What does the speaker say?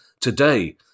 today